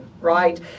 right